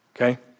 okay